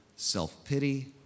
self-pity